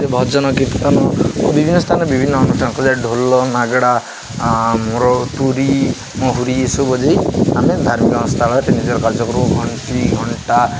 ଭଜନ କୀର୍ତ୍ତନ ଓ ବିଭିନ୍ନ ସ୍ଥାନ ବିଭିନ୍ନ ଅନୁଷ୍ଠାନ ଢୋଲ ନାଗେଡ଼ାର ତୁରି ମହୁରି ଏସବୁ ବଜେଇ ଆମେ ଧାର୍ମିକ ସ୍ଥାନରେ ନିଜର କାର୍ଯ୍ୟକ୍ରମ ଘଣ୍ଟି ଘଣ୍ଟା